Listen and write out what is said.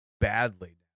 badly